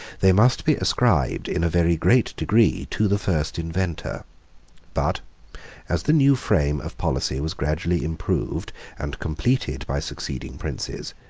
they must be ascribed in a very great degree to the first inventor but as the new frame of policy was gradually improved and completed by succeeding princes,